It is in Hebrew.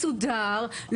מסודר,